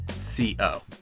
C-O